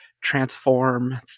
transform